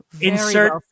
Insert